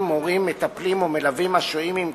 או מורים או מטפלים או מלווים השוהים עם קטינים"